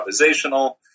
improvisational